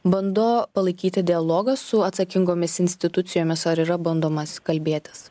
bando palaikyti dialogą su atsakingomis institucijomis ar yra bandomas kalbėtis